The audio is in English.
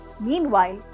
Meanwhile